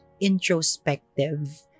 introspective